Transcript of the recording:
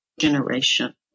generation